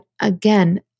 again